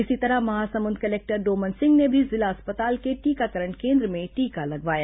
इसी तरह महासमुंद कलेक्टर डोमन सिंह ने भी जिला अस्पताल के टीकाकरण केन्द्र में टीका लगवाया